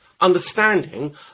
understanding